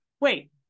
wait